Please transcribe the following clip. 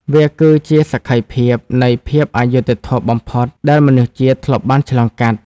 វាគឺជាសក្ខីភាពនៃភាពអយុត្តិធម៌បំផុត ដែលមនុស្សជាតិធ្លាប់បានឆ្លងកាត់។